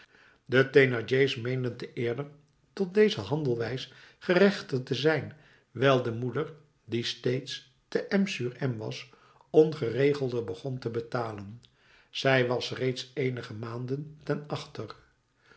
de thénardier's meenden te eerder tot deze handelwijze gerechtigd te zijn wijl de moeder die steeds te m sur m was ongeregelder begon te betalen zij was reeds eenige maanden ten achter